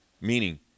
meaning